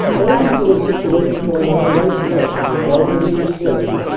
owing to the situation on our right flank, already ex plained,